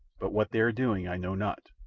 but what they are doing i know not,